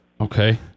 Okay